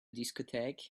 discotheque